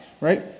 right